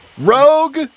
Rogue